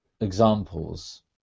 examples